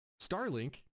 Starlink